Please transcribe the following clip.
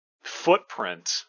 footprint